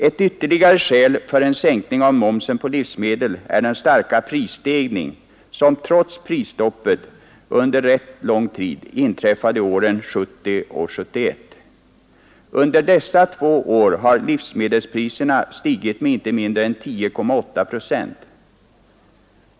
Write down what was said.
Ett ytterligare skäl för en sänkning av momsen på livsmedel är den starka prisstegring som trots prisstoppet under rätt lång tid inträffade under åren 1970 och 1971. Under dessa två år har livsmedelspriserna stigit med inte mindre än 10,8 procent.